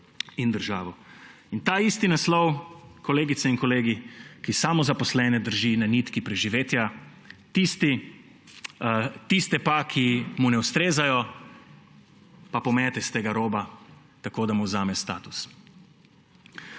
in državo. Ta isti naslov, kolegice in kolegi, samozaposlene drži na nitki preživetja, tiste, ki mu ne ustrezajo, pa pomete s tega roba tako, da jim vzame status.